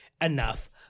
enough